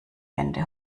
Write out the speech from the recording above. wände